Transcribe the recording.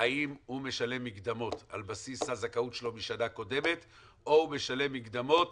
האם הוא משלם מקדמות על בסיס הזכאות שלו משנה קודמת או הוא משלם מקדמות